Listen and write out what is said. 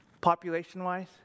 Population-wise